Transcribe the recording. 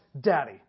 daddy